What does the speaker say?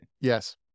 Yes